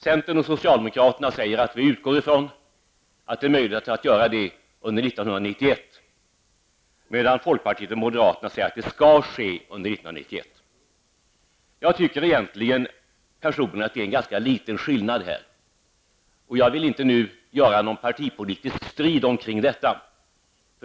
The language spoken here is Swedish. Centern och socialdemokraterna säger att vi utgår ifrån att det möjligt att göra det under 1991, medan folkpartiet och moderaterna säger att det skall ske under 1991. Jag tycker personligen att det är en ganska liten skillnad här, och jag vill inte nu ta upp någon partipolitisk strid omkring detta.